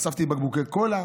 אספתי בקבוקי קולה